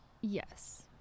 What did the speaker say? Yes